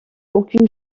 aucune